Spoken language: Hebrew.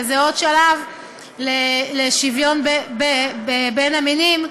וזה עוד שלב לשוויון בין המינים,